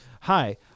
hi